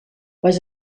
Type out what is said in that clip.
les